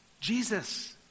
Jesus